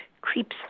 creeps